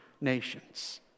nations